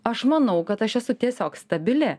aš manau kad aš esu tiesiog stabili